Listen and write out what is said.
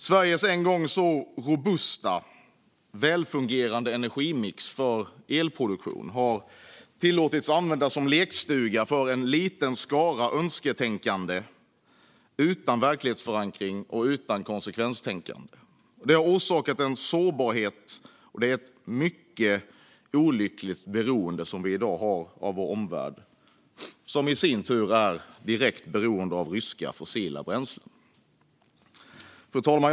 Sveriges en gång så robusta och välfungerande energimix för elproduktion har tillåtits att användas som lekstuga för en liten skara önsketänkande utan verklighetsförankring och utan konsekvenstänkande. Detta har orsakat en sårbarhet. Det är ett mycket olyckligt beroende som vi i dag har av vår omvärld, som i sin tur är direkt beroende av ryska fossila bränslen. Fru talman!